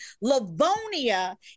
Livonia